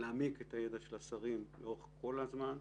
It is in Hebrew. להעמיק את הידע של השרים לאורך כל הזמן,